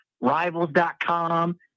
rivals.com